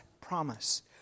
promise